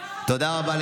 תודה רבה.